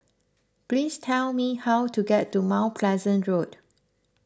please tell me how to get to Mount Pleasant Road